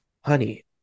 honey